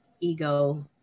ego